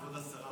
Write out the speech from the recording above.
כבוד השרה,